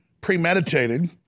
premeditated